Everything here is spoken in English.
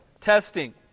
Testing